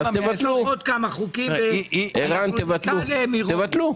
ערן, תבטלו.